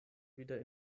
wieder